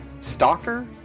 Stalker